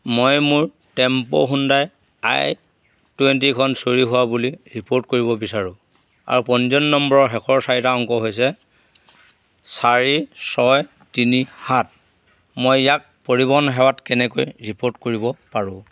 মই মোৰ tempo Hyundai i টুৱেণ্টিখন চুৰি হোৱা বুলি ৰিপ'ৰ্ট কৰিব বিচাৰোঁ আৰু পঞ্জীয়ন নম্বৰৰ শেষৰ চাৰিটা অংক হৈছে চাৰি ছয় তিনি সাত মই ইয়াক পৰিবহণ সেৱাত কেনেকৈ ৰিপ'ৰ্ট কৰিব পাৰো